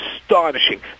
astonishing